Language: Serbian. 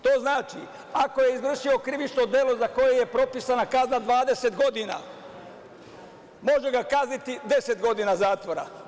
To znači, ako je izvršio krivično delo za koje je propisana kazna od 20 godina, može ga kazniti 10 godina zatvora.